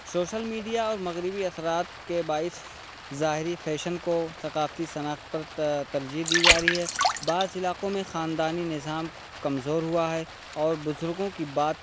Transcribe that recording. social media اور مغربی اثرات کے باعث ظاہری فیشن کو ثقافتی صنعت پر ترجیح دی جا رہی ہے بعض علاقوں میں خاندانی نظام کمزور ہوا ہے اور بزرگوں کی بات